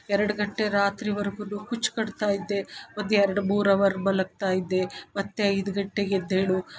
ಎರಡು ಗಂಟೆ ರಾತ್ರಿವರ್ಗು ಕುಚ್ಚು ಕಟ್ತಾ ಇದ್ದೆ ಮಧ್ಯ ಎರಡು ಮೂರು ಹವರ್ ಮಲಗ್ತಾ ಇದ್ದೆ ಮತ್ತು ಐದು ಗಂಟೆಗೆ ಎದ್ದೇಳು